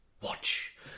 watch